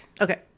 Okay